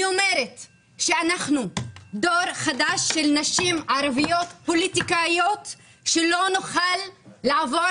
אני אומרת שאנחנו דור חדש של פוליטיקאיות ערביות שלא יכולות לעבור